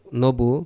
nobu